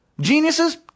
Geniuses